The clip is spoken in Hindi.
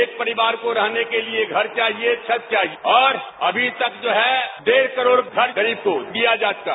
एक परिवार को रहने के लिए घर चाहिए छत चाहिए और अभी तक जो है डेढ़ करोड़ घर गरीब को दिया जा चुका